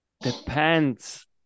depends